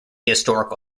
historical